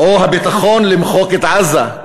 או הביטחון, למחוק את עזה.